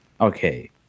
okay